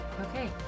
okay